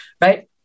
right